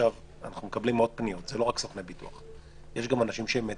יש גם אנשים שהם מתווכים.